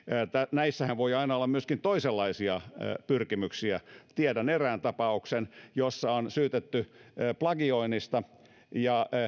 näissähän voi aina olla myöskin toisenlaisia pyrkimyksiä tiedän erään tapauksen jossa on syytetty plagioinnista ja